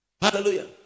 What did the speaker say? Hallelujah